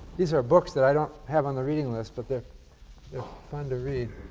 these are books that i don't have on the reading list, but they're fun to read.